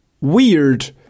weird